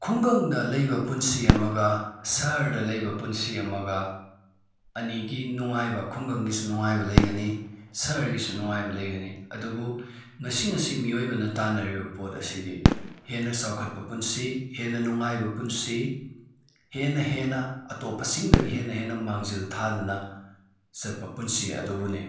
ꯈꯨꯡꯒꯪꯗ ꯂꯩꯕ ꯄꯨꯟꯁꯤ ꯑꯃꯒ ꯁꯥꯍꯔꯗ ꯂꯩꯕ ꯄꯨꯟꯁꯤ ꯑꯃꯒ ꯑꯅꯤꯒꯤ ꯅꯨꯡꯉꯥꯏꯕ ꯈꯨꯡꯒꯪꯒꯤꯁꯨ ꯅꯨꯡꯉꯥꯏꯕ ꯂꯩꯒꯅꯤ ꯁꯍꯔꯒꯤꯁꯨ ꯅꯨꯡꯉꯥꯏꯕ ꯂꯩꯒꯅꯤ ꯑꯗꯨꯕꯨ ꯉꯁꯤ ꯉꯁꯤ ꯃꯤꯑꯣꯏꯕꯅ ꯇꯥꯟꯅꯔꯤꯕ ꯄꯣꯠ ꯑꯁꯤꯗꯤ ꯍꯦꯟꯅ ꯆꯥꯎꯈꯠꯄ ꯄꯨꯟꯁꯤ ꯍꯦꯟꯅ ꯅꯨꯡꯉꯥꯏꯕ ꯄꯨꯟꯁꯤ ꯍꯦꯟꯅ ꯍꯦꯟꯅ ꯑꯇꯣꯞꯄꯁꯤꯡꯗꯒꯤ ꯍꯦꯟꯅ ꯍꯦꯟꯅ ꯃꯥꯡꯖꯤꯜ ꯊꯥꯗꯅ ꯆꯠꯄ ꯄꯨꯟꯁꯤ ꯑꯗꯨꯕꯨꯅꯤ